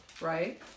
Right